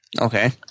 okay